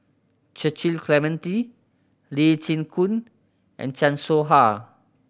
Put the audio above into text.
Cecil Clementi Lee Chin Koon and Chan Soh Ha